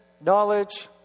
knowledge